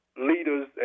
leaders